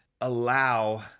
allow